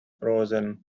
frozen